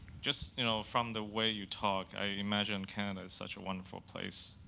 just you know from the way you talk, i imagine canada is such a wonderful place.